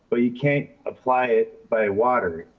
but you can't apply it by water.